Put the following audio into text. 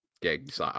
gigs